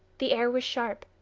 the air was sharp,